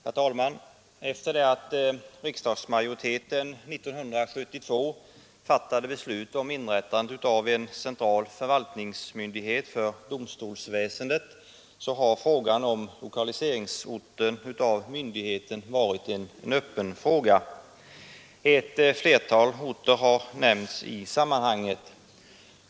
Herr talman! Efter det att riksdagsmajoriteten 1972 fattade beslut om inrättandet av en central förvaltningsmyndighet för domstolsväsendet har frågan om lokaliseringsorten av myndigheten varit en öppen fråga. Ett flertal orter har nämnts i sammanhanget.